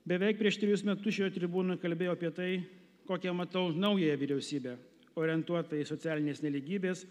beveik prieš trejus metus šioje tribūnoj kalbėjau apie tai kokią matau naująją vyriausybę orientuotą į socialinės nelygybės